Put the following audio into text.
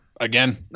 again